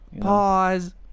Pause